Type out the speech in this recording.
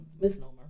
misnomer